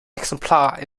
exemplar